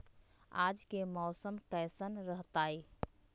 आज के मौसम कैसन रहताई?